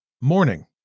Morning